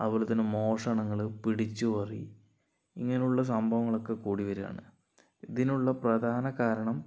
അതുപോലെ തന്നെ മോഷണങ്ങള് പിടിച്ചുപറി ഇങ്ങനുള്ള സംഭവങ്ങൾ ഒക്കെ കൂടി വരുവാണ് ഇതിനുള്ള പ്രധാന കാരണം